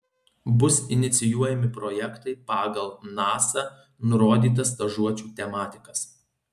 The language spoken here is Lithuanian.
bus inicijuojami projektai pagal nasa nurodytas stažuočių tematikas